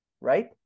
right